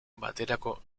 baterako